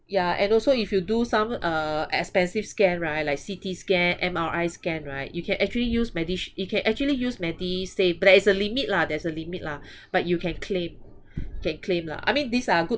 ya and also if you do some uh expensive scan right like C_T scan M_R_I scan right you can actually use medish~ you can actually use medisave but there is a limit lah there's a limit lah but you can claim can claim lah I mean these are good